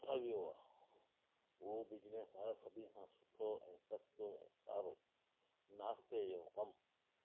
भव्य आहे उहो बिजनिस आहे सभिनि खां सुठो ऐं सस्तो असांजो नाश्ते जो कम